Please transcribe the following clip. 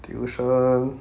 tuition